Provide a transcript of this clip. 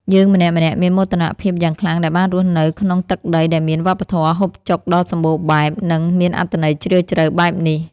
យើងម្នាក់ៗមានមោទនភាពយ៉ាងខ្លាំងដែលបានរស់នៅក្នុងទឹកដីដែលមានវប្បធម៌ហូបចុកដ៏សម្បូរបែប និង មានអត្ថន័យជ្រាលជ្រៅបែបនេះ។